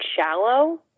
shallow